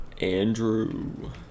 Andrew